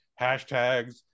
hashtags